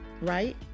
right